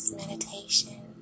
meditation